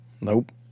Nope